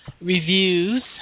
reviews